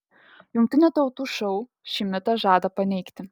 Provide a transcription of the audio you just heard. jungtinių tautų šou šį mitą žada paneigti